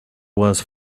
was